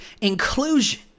inclusion